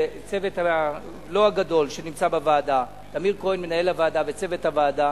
והצוות הלא גדול שנמצא בוועדה: טמיר כהן מנהל הוועדה וצוות הוועדה.